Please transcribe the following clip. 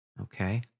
Okay